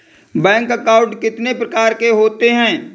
Bank account कितने प्रकार के होते हैं?